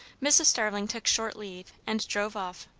mrs. starling took short leave, and drove off.